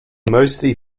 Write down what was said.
mostly